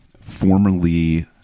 formerly